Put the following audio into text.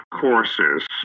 courses